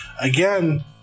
again